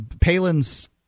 Palin's